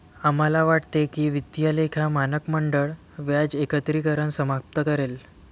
आम्हाला वाटते की वित्तीय लेखा मानक मंडळ व्याज एकत्रीकरण समाप्त करेल